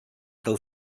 del